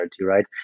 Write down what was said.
right